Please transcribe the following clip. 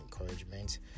encouragement